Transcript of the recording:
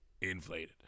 inflated